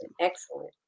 excellent